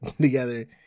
together